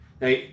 Now